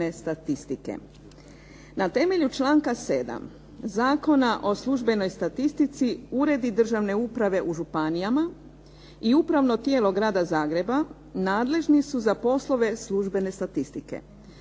Na temelju članka 7. Zakona o službenoj statistici uredi državne uprave u županijama i Upravno tijelo Grada Zagreba nadležni su za poslove službene statistike.